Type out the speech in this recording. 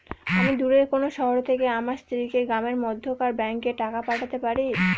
আমি দূরের কোনো শহর থেকে আমার স্ত্রীকে গ্রামের মধ্যেকার ব্যাংকে টাকা পাঠাতে পারি?